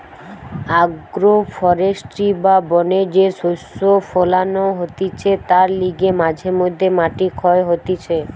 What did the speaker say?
agro forestry বা বনে যে শস্য ফোলানো হতিছে তার লিগে মাঝে মধ্যে মাটি ক্ষয় হতিছে